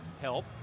help